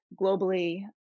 globally